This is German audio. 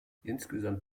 insgesamt